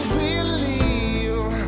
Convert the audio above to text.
believe